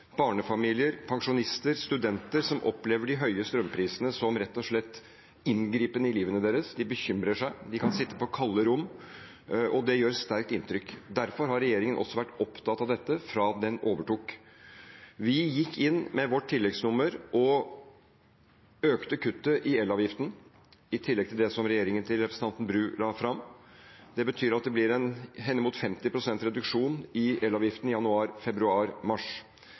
barnefamilier, pensjonister og studenter som opplever de høye strømprisene som rett og slett inngripende i livet sitt – de bekymrer seg, de kan sitte på kalde rom. Det gjør sterkt inntrykk. Derfor har regjeringen også vært opptatt av dette fra den overtok. Vi gikk inn med vårt tilleggsnummer og økte kuttet i elavgiften, i tillegg til det regjeringen til representanten Bru la fram. Det betyr at det blir en henimot 50 pst. reduksjon i elavgiften i januar, februar og mars.